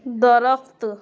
درخت